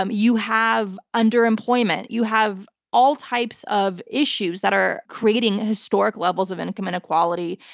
um you have underemployment. you have all types of issues that are creating historic levels of income inequality.